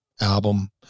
album